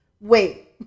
wait